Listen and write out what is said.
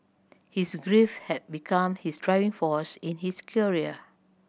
his grief had become his driving force in his career